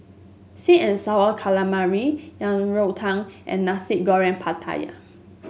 sweet and sour calamari Yang Rou Tang and Nasi Goreng Pattaya